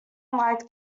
unlike